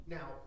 Now